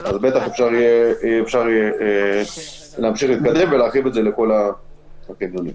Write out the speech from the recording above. אפשר יהיה להמשיך להתקדם ולהחיל את זה על כל הקניונים.